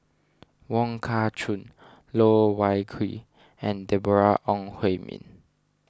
Wong Kah Chun Loh Wai Kiew and Deborah Ong Hui Min